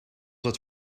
het